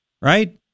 Right